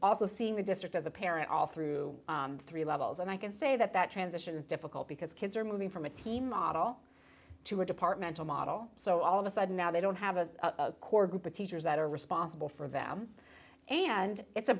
also seeing the district as a parent all through three levels and i can say that that transition difficult because kids are moving from a team model to a departmental model so all of a sudden now they don't have a core group of teachers that are responsible for them and it's a